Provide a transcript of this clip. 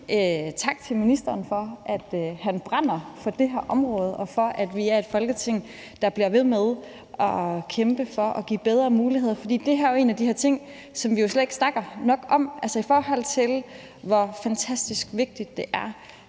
tak til ministeren for, at han brænder for det her område, og for, at vi er et Folketing, der bliver ved med at kæmpe for at give bedre muligheder. For det her er en af de ting, som vi jo slet ikke snakker nok om. Altså, i forhold til hvor fantastisk vigtigt det er,